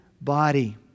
body